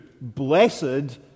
Blessed